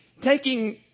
taking